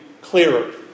clearer